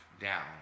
down